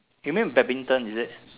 you mean badminton is it